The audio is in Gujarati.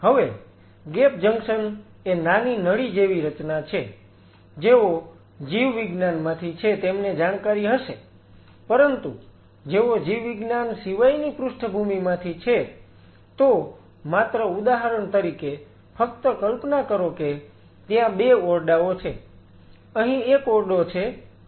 હવે ગેપ જંકશન એ નાની નળી જેવી રચના છે જેઓ જીવવિજ્ઞાનમાંથી છે તેમને જાણકારી હશે પરંતુ જેઓ જીવવિજ્ઞાન સિવાયની પૃષ્ઠભૂમિમાંથી છે તો માત્ર ઉદાહરણ તરીકે ફક્ત કલ્પના કરો કે ત્યાં બે ઓરડાઓ છે અહીં એક ઓરડો છે અને તે એક બાજુનો ઓરડો છે